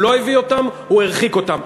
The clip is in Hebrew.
הוא לא הביא אותם, הוא הרחיק אותם.